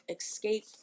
escape